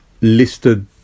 listed